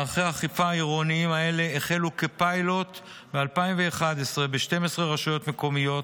מערכי האכיפה העירוניים האלה החלו כפיילוט ב-2011 ב-12 רשויות מקומיות,